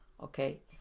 Okay